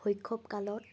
শৈশৱ কালত